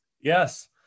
Yes